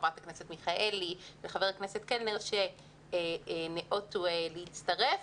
לחברת הכנסת מיכאלי ולחבר הכנסת קלנר שניאותו להצטרף,